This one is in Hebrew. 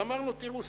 אבל אמרנו: תראו,